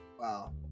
Wow